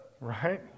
Right